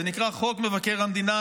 הוא נקרא חוק מבקר המדינה.